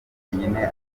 wenyine